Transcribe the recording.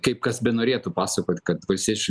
kaip kas benorėtų pasakot kad valstiečių